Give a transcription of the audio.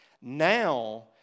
Now